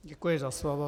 Děkuji za slovo.